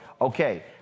okay